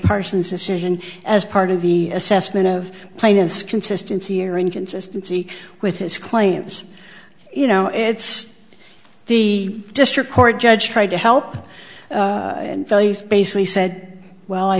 parsons decision as part of the assessment of plaintiff's consistency or inconsistency with his claims you know it's the district court judge tried to help and values basically said well i